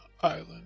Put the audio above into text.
Island